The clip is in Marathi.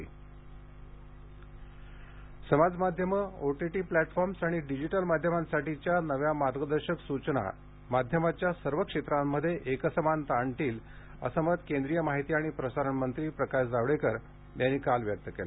जावडेकर समाजमाध्यमं ओटीटी प्लॅटफॉर्म्स आणि डिजिटल माध्यमांसाठीच्या नव्या मार्गदर्शक सूचनामाध्यमाच्या सर्व क्षेत्रांमध्ये एकसमानता आणतील असं मत केंद्रिय माहिती आणि प्रसारण मंत्री प्रकाश जावडेकर यांनी काल व्यक्त केलं